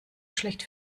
schlecht